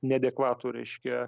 neadekvatų reiškia